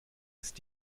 ist